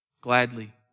gladly